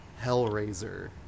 Hellraiser